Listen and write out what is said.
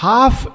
Half